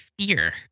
fear